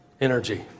energy